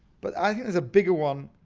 but i think there's a bigger one